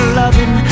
loving